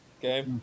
Okay